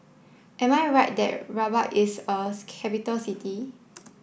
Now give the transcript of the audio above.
am I right there Rabat is a capital city